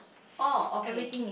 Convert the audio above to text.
oh okay